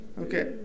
Okay